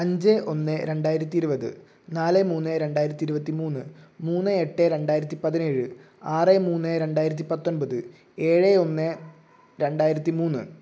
അഞ്ച് ഒന്ന് രണ്ടായിരത്തി ഇരുപത് നാല് മൂന്ന് രണ്ടായിരത്തി ഇരുപത്തി മൂന്ന് മൂന്ന് എട്ട് രണ്ടായിരത്തി പതിനേഴ് ആറ് മൂന്ന് രണ്ടായിരത്തി പത്തൊൻപത് ഏഴ് ഒന്ന് രണ്ടായിരത്തി മൂന്ന്